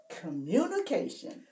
communication